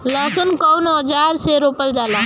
लहसुन कउन औजार से रोपल जाला?